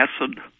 acid